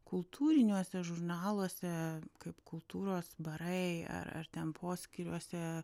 kultūriniuose žurnaluose kaip kultūros barai ar ar ten poskyriuose